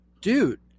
dude